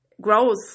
grows